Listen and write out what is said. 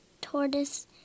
tortoise